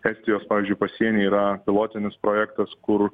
estijos pavyzdžiui pasieny yra pilotinis projektas kur